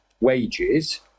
wages